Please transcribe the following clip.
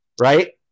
right